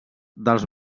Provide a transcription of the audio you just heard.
dels